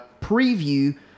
preview